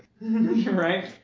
Right